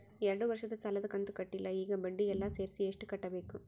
ಎರಡು ವರ್ಷದ ಸಾಲದ ಕಂತು ಕಟ್ಟಿಲ ಈಗ ಬಡ್ಡಿ ಎಲ್ಲಾ ಸೇರಿಸಿ ಎಷ್ಟ ಕಟ್ಟಬೇಕು?